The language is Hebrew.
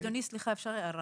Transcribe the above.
אדוני, אפשר הערה